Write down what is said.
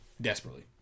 Desperately